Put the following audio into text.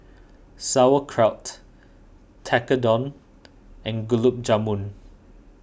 Sauerkraut Tekkadon and Gulab Jamun